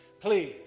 please